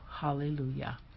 hallelujah